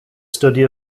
study